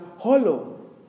hollow